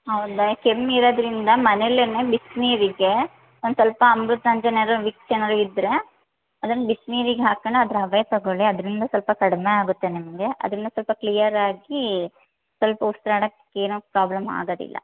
ಹೌದಾ ಕೆಮ್ಮು ಇರೋದ್ರಿಂದ ಮನೆಲ್ಲೆ ಬಿಸಿನೀರಿಗೆ ಒಂದು ಸ್ವಲ್ಪ ಅಮೃತಾಂಜನಾದ್ರು ವಿಕ್ಸ್ ಏನಾದ್ರು ಇದ್ದರೆ ಅದನ್ನು ಬಿಸ್ನೀರಿಗೆ ಹಾಕ್ಕೊಂಡ್ ಅದ್ರ ಹಬೆ ತೊಗೊಳಿ ಅದರಿಂದ ಸ್ವಲ್ಪ ಕಡಿಮೆ ಆಗುತ್ತೆ ನಿಮಗೆ ಅದರಿಂದ ಸ್ವಲ್ಪ ಕ್ಲಿಯರಾಗಿ ಸ್ವಲ್ಪ ಉಸ್ರಾಡಕ್ಕೆ ಏನೂ ಪ್ರಾಬ್ಲಮ್ ಆಗೋದಿಲ್ಲ